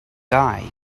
guy